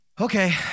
Okay